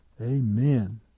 Amen